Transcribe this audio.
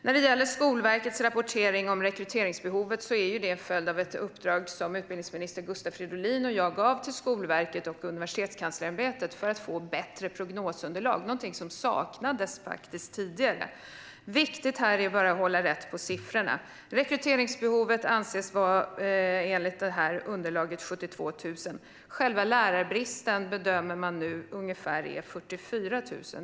När det gäller Skolverkets rapportering om rekryteringsbehovet är det en följd av ett uppdrag som utbildningsminister Gustav Fridolin och jag gav till Skolverket och Universitetskanslersämbetet för att få bättre prognosunderlag, vilket faktiskt är något som saknades tidigare. Det är dock viktigt att hålla rätt på siffrorna. Rekryteringsbehovet anses enligt underlaget vara 72 000. Själva lärarbristen bedöms nu vara ungefär 44 000.